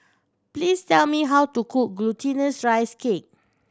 please tell me how to cook Glutinous Rice Cake